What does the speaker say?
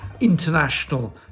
international